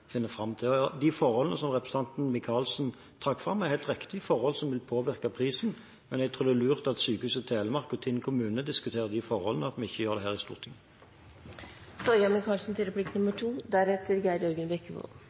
fram til. De forholdene som representanten Micaelsen trakk fram, er helt riktig forhold som vil påvirke prisen, men jeg tror det er lurt at Sykehuset Telemark og Tinn kommune diskuterer de forholdene, og at vi ikke gjør det her i